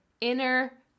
inner